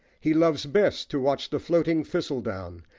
he loves best to watch the floating thistledown,